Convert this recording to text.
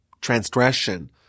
transgression